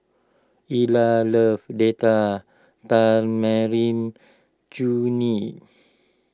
Ellar loves Date Tamarind Chutney